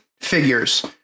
figures